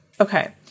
Okay